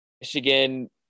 Michigan